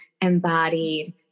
embodied